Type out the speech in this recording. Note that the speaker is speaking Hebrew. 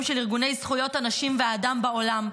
של ארגוני זכויות הנשים והאדם בעולם,